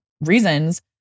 reasons